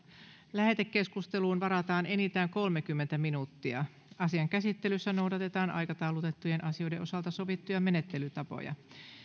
lähetekeskusteluun varataan enintään kolmekymmentä minuuttia asian käsittelyssä noudatetaan aikataulutettujen asioiden osalta sovittuja menettelytapoja